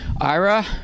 Ira